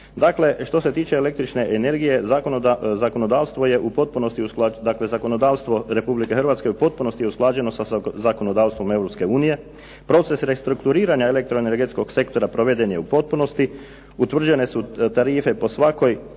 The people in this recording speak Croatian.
što se tiče električne energije zakonodavstvo Republike Hrvatske je u potpunosti usklađeno sa zakonodavstvom Europske unije, proces restrukturiranja elektro-energetskog sektora proveden je u potpunosti, utvrđene su tarife po svakoj